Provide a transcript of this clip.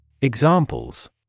Examples